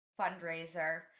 fundraiser